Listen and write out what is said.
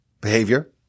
behavior